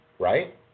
Right